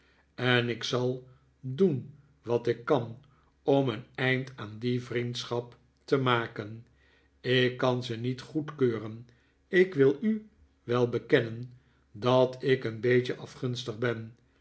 en ik zal doen wat ik kan om een eind aan die vriendschap te maken ik kan ze niet goedkeuren ik wil u wel bekennen dat ik een beetje afgunstig ben